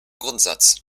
grundsatz